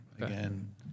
Again